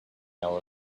hour